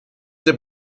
der